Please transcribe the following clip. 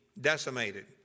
decimated